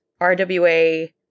RWA